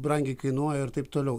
brangiai kainuoja ir taip toliau